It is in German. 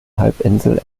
halbinsel